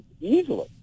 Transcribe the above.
easily